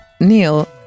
Neil